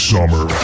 Summer